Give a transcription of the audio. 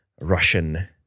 Russian